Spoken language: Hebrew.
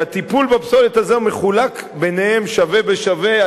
שהטיפול בפסולת הזאת מחולק ביניהם שווה בשווה,